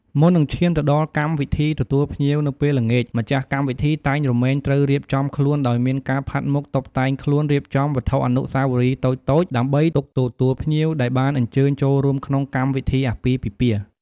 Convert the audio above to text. មុននឹងឈានទៅដល់កម្មវិធីទទួលភ្ញៀវនៅពេលល្ងាច ម្ចាស់កម្មវិធីតែងរមែងត្រូវរៀបចំខ្លួនដោយមានការផាត់មុខតុបតែងខ្លួន រៀបចំវត្ថុអនុស្សវរីយ៍តូចៗ ដើម្បីទុកទទួលភ្ញៀវដែលបានអញ្ញើញចូលរួមក្នុងកម្មវិធីអាពាហ៍ពិពាហ៍។